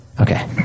Okay